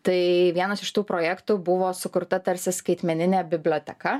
tai vienas iš tų projektų buvo sukurta tarsi skaitmeninė biblioteka